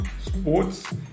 sports